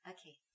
Okay